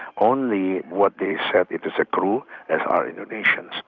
only what they serve it as a crew as are indonesians.